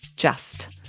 just.